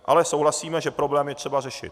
Ale souhlasíme, že problém je třeba řešit.